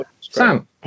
Sam